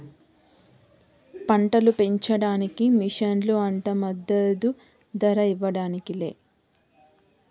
పంటలు పెంచడానికి మిషన్లు అంట మద్దదు ధర ఇవ్వడానికి లే